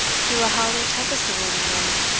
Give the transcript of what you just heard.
through a howling tempest of wind and rain,